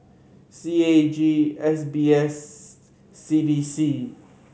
C A G S B S C D C